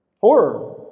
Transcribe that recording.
Horror